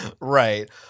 Right